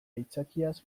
aitzakiaz